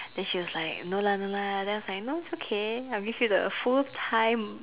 then she was like no lah no lah then I was like no it's okay I will give you the full time